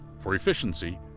for efficiency,